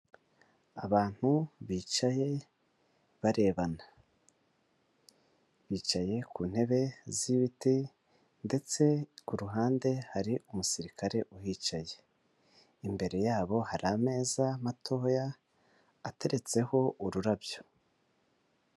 Abantu bicaye barebana bicaye ku ntebe z'ibiti ndetse ku ruhande hari umusirikare uhicaye imbere yabo hari ameza matoya ateretseho ururabyo.